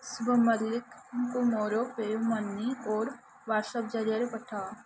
ଶୁଭ ମଲ୍ଲିକଙ୍କୁ ମୋର PayUmoney code WhatsApp ଜରିଆରେ ପଠାଅ